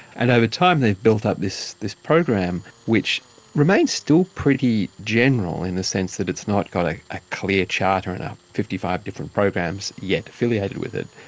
and over time they've built up this this program which remains still pretty general in the sense that it's not got a ah clear charter and fifty five different programs yet affiliated with it,